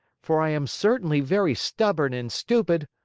for i am certainly very stubborn and stupid!